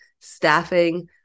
staffing